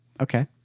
Okay